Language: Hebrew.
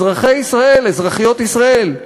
אזרחי ישראל, אזרחיות ישראל,